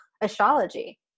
astrology